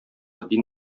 дин